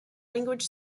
language